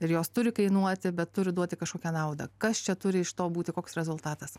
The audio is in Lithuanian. ir jos turi kainuoti bet turi duoti kažkokią naudą kas čia turi iš to būti koks rezultatas